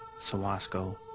Sawasco